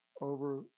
over